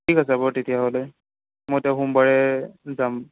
ঠিক আছে হ'ব তেতিয়াহ'লে মই এতিয়া সোমবাৰে যাম